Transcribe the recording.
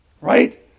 right